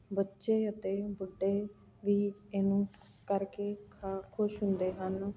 ਬੱਚੇ ਅਤੇ ਬੁੱਢੇ ਵੀ ਇਹਨੂੰ ਕਰਕੇ ਖਾ ਖੁਸ਼ ਹੁੰਦੇ ਹਨ